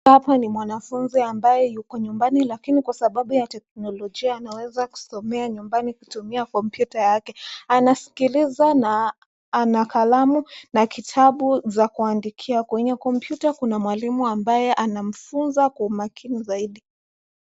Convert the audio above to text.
Hapa ni mwanafunzi ambaye yuko nyumbani lakini kwa sababu ya teknolojia anaweza kusomea nyumbani kutumia kompyuta yake. Anasikiliza na ana kalamu na kitabu za kuandikia. Kwenye kompyuta kuna mwalimu ambaye anamfunza kwa umakini zaidi.